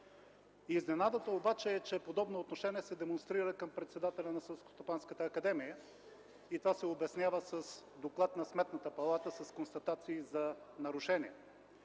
Изненадата обаче е, че подобно отношение се демонстрира към председателя на Селскостопанската академия и това се обяснява с доклад на Сметната палата с констатации за нарушения.